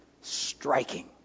striking